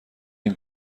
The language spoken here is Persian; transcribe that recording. این